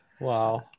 Wow